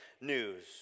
news